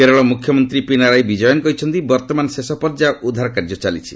କେରଳ ମୁଖ୍ୟମନ୍ତ୍ରୀ ପିନାରାୟି ବିଜୟନ୍ କହିଛନ୍ତି ବର୍ଭମାନ ଶେଷ ପର୍ଯ୍ୟାୟ ଉଦ୍ଧାର କାର୍ଯ୍ୟ ଚାଲିଛି